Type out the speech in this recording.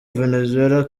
venezuela